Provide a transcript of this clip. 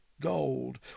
gold